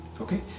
okay